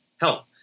help